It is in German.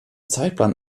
zeitplan